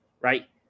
right